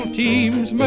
teams